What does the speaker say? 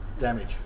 damage